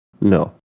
No